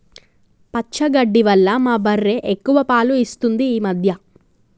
పచ్చగడ్డి వల్ల మా బర్రె ఎక్కువ పాలు ఇస్తుంది ఈ మధ్య